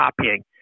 Copying